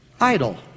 idle